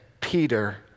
Peter